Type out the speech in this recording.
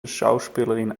schauspielerin